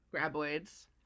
Graboids